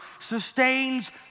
sustains